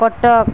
Cuttack